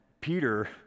Peter